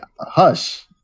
hush